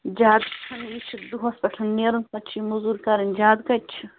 زیادٕ چھُ نہ یہِ چھُ دۄہَس پٮ۪ٹھ نیرُن پَتہٕ چھِ یہِ موٚزوٗرۍ کَرٕنۍ زیادٕ کَتہ چھُ